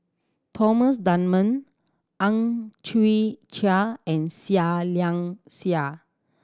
Thomas Dunman Ang Chwee Chai and Seah Liang Seah